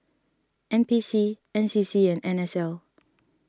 N P C N C C and N S L